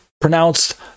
pronounced